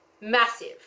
Massive